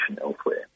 elsewhere